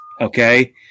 okay